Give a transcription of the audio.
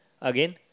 Again